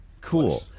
cool